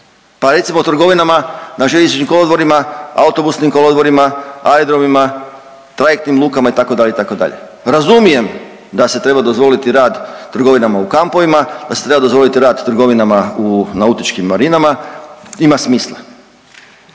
pa recimo trgovinama na željezničkim kolodvorima, autobusnim kolodvorima, aerodromima, trajektnim lukama itd., itd. Razumijem da se treba dozvoliti rad trgovinama u kampovima, da se treba dozvoliti rad trgovinama u nautičkim marinama, ima smisla.